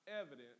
evidence